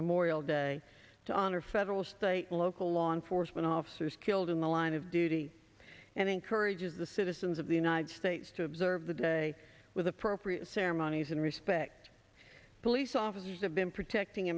memorial day to honor federal state and local law enforcement officers killed in the line of duty and encourages the citizens of the united states to observe the day with appropriate ceremonies and respect police officers have been protecting